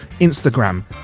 instagram